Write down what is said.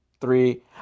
three